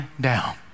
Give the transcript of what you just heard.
down